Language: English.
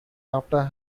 after